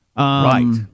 Right